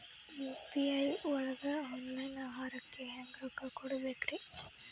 UPI ಒಳಗ online ಆಹಾರಕ್ಕೆ ಹೆಂಗ್ ರೊಕ್ಕ ಕೊಡಬೇಕ್ರಿ?